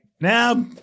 Now